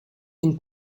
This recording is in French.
une